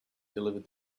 delivered